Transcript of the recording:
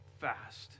fast